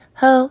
ho